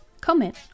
Comment